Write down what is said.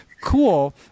Cool